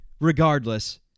regardless